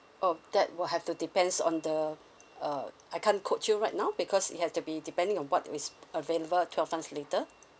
oh that will have to depends on the uh I can't quote you right now because it has to be depending on what is available twelve months later